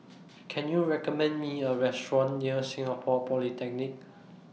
Can YOU recommend Me A Restaurant near Singapore Polytechnic